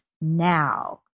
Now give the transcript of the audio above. now